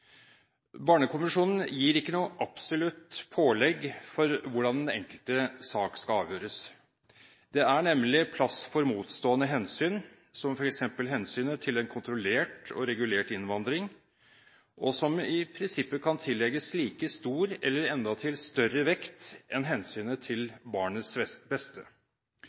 Barnekonvensjonen gir ikke noe absolutt pålegg for hvordan den enkelte sak skal avgjøres. Det er nemlig plass for motstående hensyn, som f.eks. hensynet til en kontrollert og regulert innvandring, som i prinsippet kan tillegges like stor eller endatil større vekt enn hensynet til barnets beste.